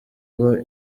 uba